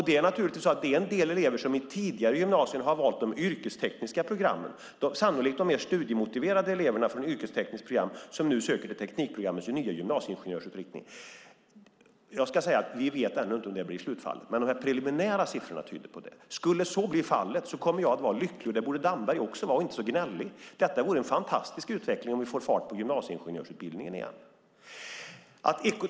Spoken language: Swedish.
Det är naturligtvis så att en del elever som i tidigare gymnasium har valt de yrkestekniska programmen, sannolikt de mer studiemotiverade eleverna från yrkestekniskt program, nu söker till Teknikprogrammet och den nya gymnasieingenjörsutbildningen. Jag ska säga att vi ännu inte vet om det blir fallet slutligen, men de här preliminära siffrorna tyder på det. Skulle så bli fallet kommer jag att vara lycklig. Det borde Damberg också vara och inte så gnällig. Om vi får fart på gymnasieingenjörsutbildningen igen vore det en fantastisk utveckling.